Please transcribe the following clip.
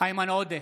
איימן עודה,